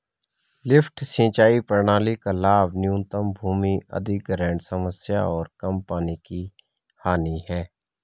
lift सिंचाई प्रणाली का लाभ न्यूनतम भूमि अधिग्रहण समस्या और कम पानी की हानि है